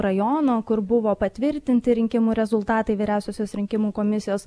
rajono kur buvo patvirtinti rinkimų rezultatai vyriausiosios rinkimų komisijos